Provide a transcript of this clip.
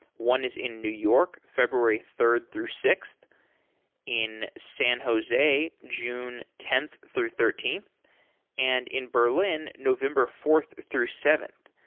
one is in new york, february third through sixth in san jose, june tenth through thirteenth and in berlin, november fourth through seventh.